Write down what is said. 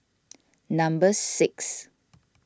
number six